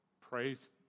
Praise